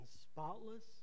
spotless